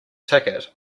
ticket